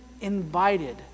invited